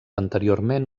anteriorment